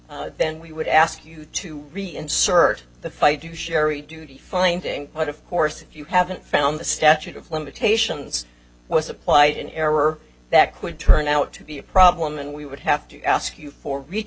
judy then we would ask you to read and cert the fight you sherry duty finding but of course if you haven't found the statute of limitations was applied in error that could turn out to be a problem and we would have to ask you for